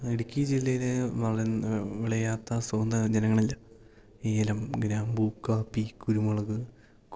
ഇടുക്കി ജില്ലയില് വള വിളയാത്ത സുഗന്ധവ്യഞ്ജനങ്ങളില്ല ഏലം ഗ്രാമ്പൂ കാപ്പി കുരുമുളക് കൊക്കോ